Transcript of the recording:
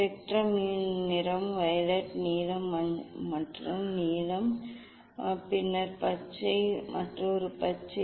ஸ்பெக்ட்ரமின் நிறம் வயலட் நீலம் மற்றொரு நீலம் பின்னர் பச்சை பின்னர் மற்றொரு பச்சை